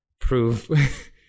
prove